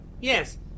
Yes